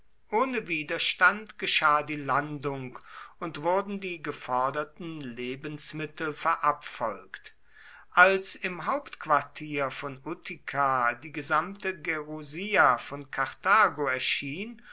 ohne widerstand geschah die landung und wurden die geforderten lebensmittel verabfolgt als im hauptquartier von utica die gesamte gerusia von karthago erschien